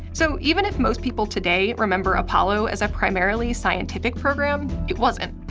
so even if most people today remember apollo as a primarily scientific program, it wasn't.